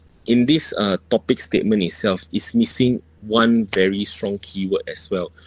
in this uh topic statement itself it's missing one very strong keyword as well